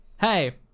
hey